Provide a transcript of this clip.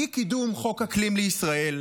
אי-קידום חוק אקלים לישראל,